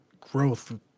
growth